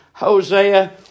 Hosea